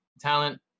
talent